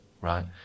Right